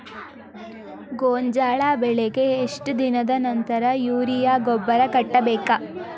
ಗೋಂಜಾಳ ಬೆಳೆಗೆ ಎಷ್ಟ್ ದಿನದ ನಂತರ ಯೂರಿಯಾ ಗೊಬ್ಬರ ಕಟ್ಟಬೇಕ?